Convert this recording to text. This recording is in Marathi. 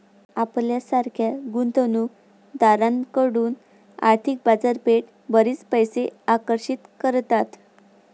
आपल्यासारख्या गुंतवणूक दारांकडून आर्थिक बाजारपेठा बरीच पैसे आकर्षित करतात